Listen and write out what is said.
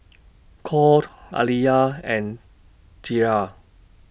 Colt Aliyah and Thyra